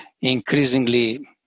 increasingly